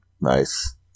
Nice